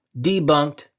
Debunked